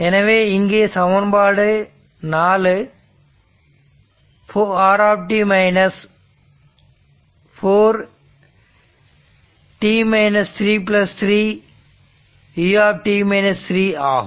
எனவே இங்கே சமன்பாடு ஆனது 4 r 4 t 33 u ஆகும்